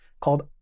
called